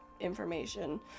information